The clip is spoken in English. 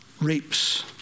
reaps